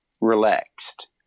relaxed